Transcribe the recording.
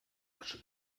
asche